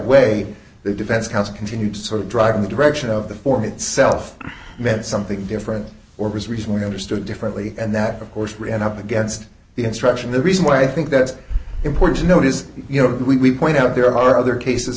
way the defense counsel continued sort of drive in the direction of the form itself meant something different or was recently understood differently and that of course re and up against the instruction the reason why i think that's important to note is you know we went out there are other cases